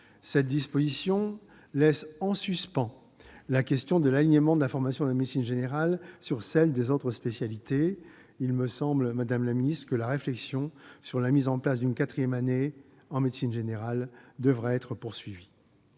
Cette disposition laisse en suspens la question de l'alignement de la formation de médecine générale sur celle des autres spécialités. Il me semble que la réflexion sur la mise en place d'une quatrième année en médecine générale devra être poursuivie.